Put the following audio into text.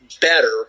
better